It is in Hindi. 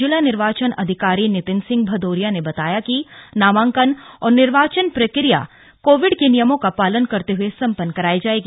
जिला निर्वाचन अधिकारी नितिन सिंह भदौरिया ने बताया कि नामांकन और निर्वाचन प्रक्रिया कोविड के नियमों का पालन करते हए सम्पन्न कराई जाएगी